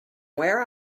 where